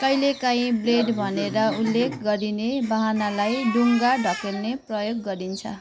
कहिलेकाहीँ ब्लेड भनेर उल्लेख गरिने बहनालाई डुङ्गा धकेल्ने प्रयोग गरिन्छ